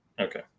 Okay